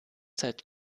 seit